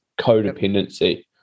codependency